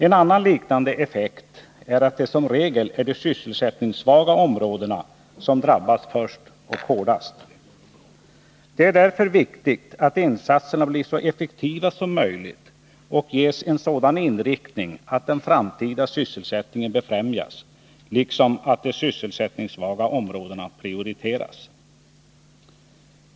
En annan liknande effekt är att det som regel är de sysselsättningssvaga områdena som drabbas först och hårdast. Det är därför viktigt att insatserna blir så effektiva som möjligt och ges en sådan inriktning att den framtida sysselsättningen befrämjas — liksom att de sysselsättningssvaga områdena prioriteras.